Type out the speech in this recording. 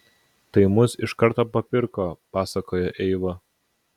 tai mus iš karto papirko pasakojo eiva